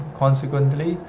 ，consequently，